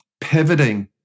Pivoting